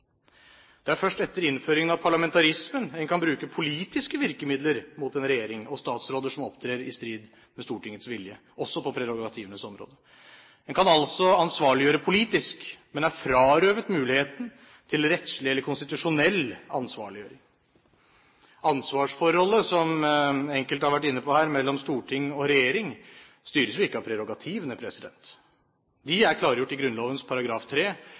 Det er først etter innføringen av parlamentarismen en kan bruke politiske virkemidler mot en regjering og statsråder som opptrer i strid med Stortingets vilje, også på prerogativenes område. En kan altså ansvarliggjøre politisk, men er frarøvet muligheten til rettslig eller konstitusjonell ansvarliggjøring. Ansvarsforholdet, som enkelte har vært inne på her, mellom storting og regjering, styres jo ikke av prerogativene. De er klargjort i